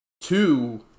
two